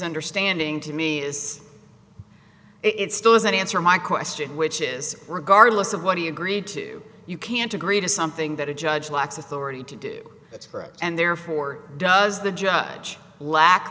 understanding to me is it still doesn't answer my question which is regardless of what he agreed to you can't agree to something that a judge lacks authority to do that's correct and therefore does the judge lack